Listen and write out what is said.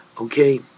okay